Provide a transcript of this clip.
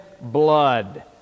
blood